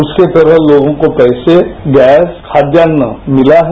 उसी तरह लोगों को पैसे गैसे खाद्यान्न मिला है